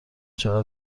چقدر